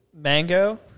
Mango